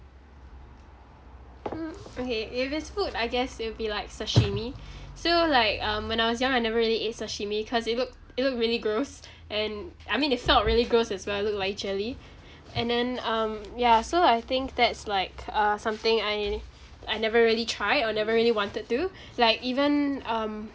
mm okay if it's food I guess it'll be like sashimi so like um when I was young I never really ate sashimi cause it looked it looked really gross and I mean it felt really gross as well look like actually and then um yeah so I think that's like uh something I I never really try or never really wanted to like even um